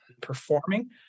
performing